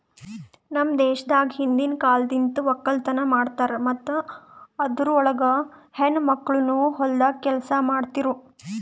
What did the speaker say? ನಮ್ ದೇಶದಾಗ್ ಹಿಂದಿನ್ ಕಾಲಲಿಂತ್ ಒಕ್ಕಲತನ ಮಾಡ್ತಾರ್ ಮತ್ತ ಅದುರ್ ಒಳಗ ಹೆಣ್ಣ ಮಕ್ಕಳನು ಹೊಲ್ದಾಗ್ ಕೆಲಸ ಮಾಡ್ತಿರೂ